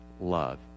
love